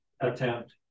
attempt